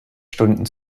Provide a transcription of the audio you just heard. stunden